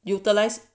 utilized